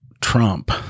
Trump